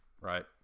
right